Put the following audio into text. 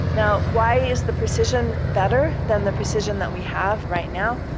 now, why is the precision better than the precision that we have right now?